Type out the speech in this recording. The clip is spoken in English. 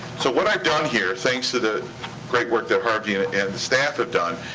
so what i've done here, thanks to the great work that harvey and and the staff have done,